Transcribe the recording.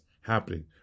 happening